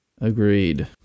Agreed